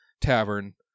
tavern